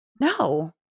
No